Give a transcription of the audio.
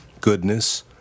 goodness